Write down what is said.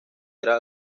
era